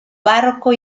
barroco